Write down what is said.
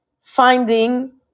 finding